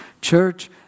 church